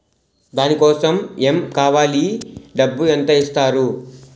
దాని కోసం ఎమ్ కావాలి డబ్బు ఎంత ఇస్తారు?